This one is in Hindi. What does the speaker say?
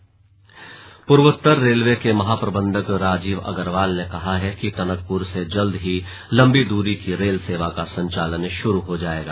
रेलवे स्टेशन का निरीक्षण स्लग पूर्वोत्तर रेलवे के महाप्रबंधक राजीव अग्रवाल ने कहा है कि टनकपुर से जल्द ही लम्बी दूरी की रेल सेवा का संचालन शुरू हो जाएगा